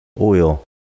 oil